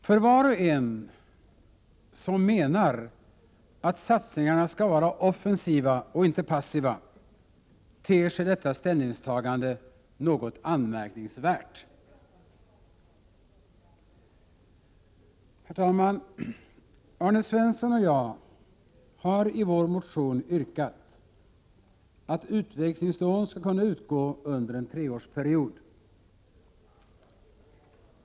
För var och en som menar att satsningarna skall vara offensiva och inte passiva, ter sig detta ställningstagande något anmärkningsvärt. Herr talman! Arne Svensson och jag har i vår motion yrkat att utvecklingslån skall kunna utgå under en treårsperiod.